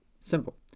Simple